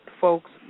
folks